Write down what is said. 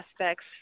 aspects